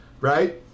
right